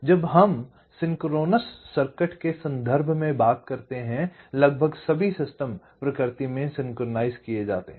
जब हम synchronous circuit के संदर्भ में बात करते हैं लगभग सभी सिस्टम प्रकृति में सिंक्रनाइज़ किए जाते हैं